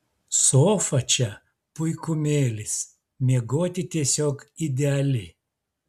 sofa čia puikumėlis miegoti tiesiog ideali